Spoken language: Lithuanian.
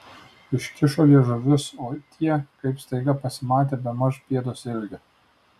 iškišo liežuvius o tie kaip staiga pasimatė bemaž pėdos ilgio